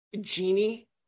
Genie